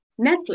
Netflix